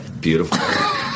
Beautiful